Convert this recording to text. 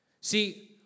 See